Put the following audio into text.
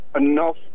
enough